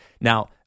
Now